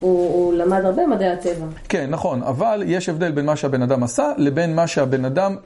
הוא למד הרבה מדעי הטבע. כן, נכון, אבל יש הבדל בין מה שהבן אדם עשה לבין מה שהבן אדם...